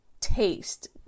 taste